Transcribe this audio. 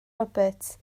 roberts